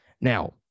Now